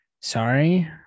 Sorry